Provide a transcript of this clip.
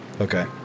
Okay